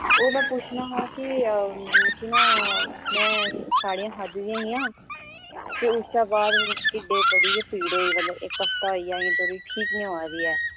ओह् में पुच्छना हा कि मिगी ना में साड़ियां खाद्दी दियां हियां ते उसदे बाद मिगी टिड्ढै बड़ी गै पीड़ होई मतलब इक हफ्ता होइ गेआ अजें धोड़ी ठीक निं होआ दी ऐ